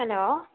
hello